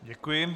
Děkuji.